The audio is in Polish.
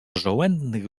żołędnych